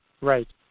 right